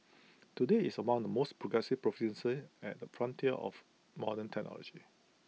today IT is among the most progressive provinces at the frontiers of modern technology